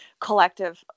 collective